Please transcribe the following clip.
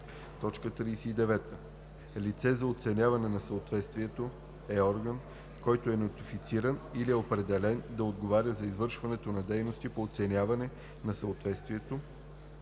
така: „39. „Лице за оценяване на съответствието“ е орган, който е нотифициран или е определен да отговаря за извършването на дейности по оценяване на съответствието,